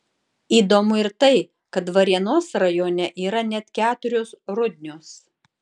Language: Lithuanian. įdomu ir tai kad varėnos rajone yra net keturios rudnios